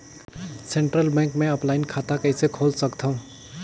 Central bank मे offline खाता कइसे खोल सकथव?